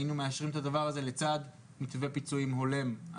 היינו מאשרים את זה לצד מתווה פיצויים הולם.